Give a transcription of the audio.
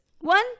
One